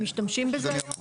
הם משתמשים בזה או לא?